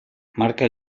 marca